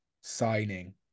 signing